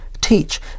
teach